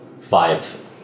five